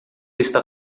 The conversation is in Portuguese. está